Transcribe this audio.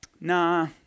Nah